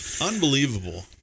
Unbelievable